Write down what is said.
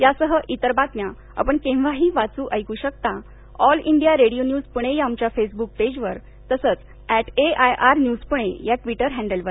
यासह इतर बातम्या आपण केव्हाही वाचू ऐकू शकता all India radio news Pune या आमच्या फेसबुक पेजवर तसंच अर्घो आय आर न्यूज पुणे या ट्विटर हड्लवर